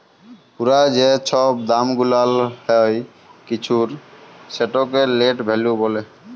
পুরা যে ছব দাম গুলাল হ্যয় কিছুর সেটকে লেট ভ্যালু ব্যলে